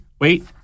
wait